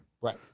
Right